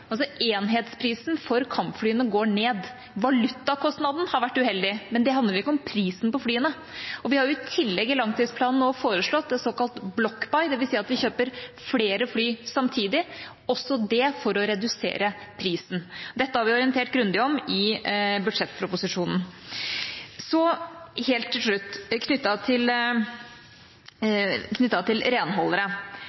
Enhetsprisen for kampflyene går ned. Valutakostnaden har vært uheldig, men det handler ikke om prisen på flyene, og vi har i tillegg i langtidsplanen nå foreslått et såkalt «Block Buy», dvs. at vi kjøper flere fly samtidig, også det for å redusere prisen. Dette har vi orientert grundig om i budsjettproposisjonen. Så helt til slutt, knyttet til